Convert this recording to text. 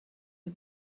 you